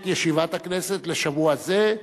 תכבד לפתוח את ישיבת הכנסת לשבוע זה,